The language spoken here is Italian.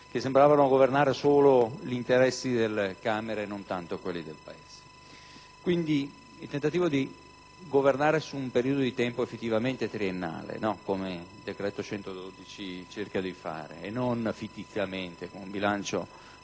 che sembravano governare solo gli interessi delle Camere e non tanto quelli del Paese. Vi è stato quindi il tentativo di governare su un periodo di tempo effettivamente triennale, come il decreto-legge n. 112 cerca di fare, e non in modo fittizio tramite un bilancio di